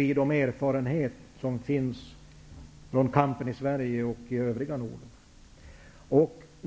i de erfarenheter man har fått genom kampen i Sverige och i övriga Norden.